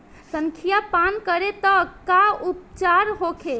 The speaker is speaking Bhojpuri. संखिया पान करी त का उपचार होखे?